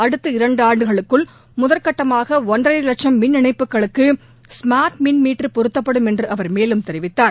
அடுத்த இரண்டாண்டுகளுக்குள் முதற்கட்டமாக ஒன்றரை லட்சம் மின் இணைப்புகளுக்கு ஸ்மார்ட் மின் மீட்டர் பொருத்தப்படும் என்று அவர் மேலும் தெரிவித்தார்